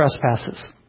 trespasses